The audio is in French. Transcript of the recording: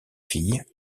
filles